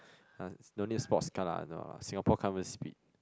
!huh! don't need sport cars lah no Singapore can't even speed